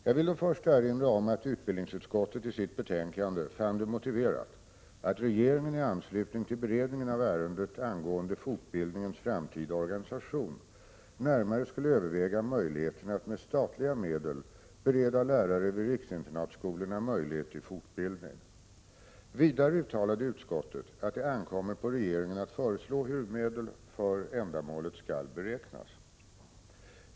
Jag vill då först erinra om att utbildningsutskottet i sitt betänkande fann det motiverat att regeringen, i anslutning till beredningen av ärendet angående fortbildningens framtida organisation, närmare skulle överväga möjligheterna att med statliga medel bereda lärare vid riksinternatskolorna möjlighet till fortbildning. Vidare uttalade utskottet att det ankommer på regeringen att föreslå hur medel för ändamålet skall beräknas.